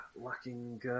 lacking